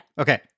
Okay